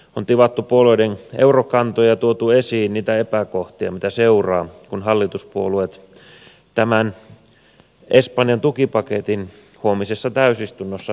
on tivattu puolueiden eurokantoja ja tuotu esiin niitä epäkohtia mitä seuraa kun hallituspuolueet tämän espanjan tukipaketin huomisessa täysistunnossa hyväksyvät